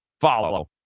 follow